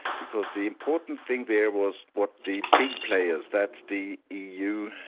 because the important thing there was what the big players, that's the eu,